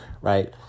right